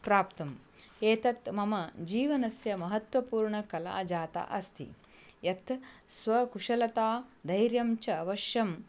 प्राप्तम् एतत् मम जीवनस्य महत्वपूर्णा कला जाता अस्ति यत् स्वकुशलता धैर्यं च अवश्यम्